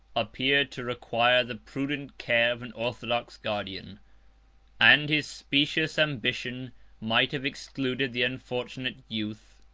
appeared to require the prudent care of an orthodox guardian and his specious ambition might have excluded the unfortunate youth,